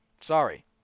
Sorry